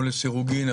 או לסירוגין,